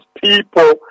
people